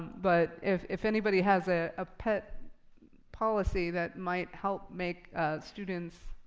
but if if anybody has a ah pet policy that might help make students,